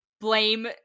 blame